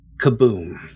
kaboom